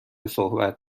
صحبت